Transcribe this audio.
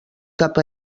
cap